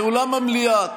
זה אולם המליאה.